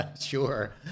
Sure